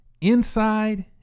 inside